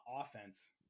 offense